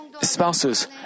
spouses